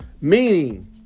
Meaning